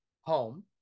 home